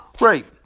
Right